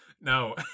No